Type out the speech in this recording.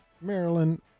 Maryland